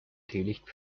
teelicht